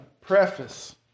preface